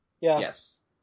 Yes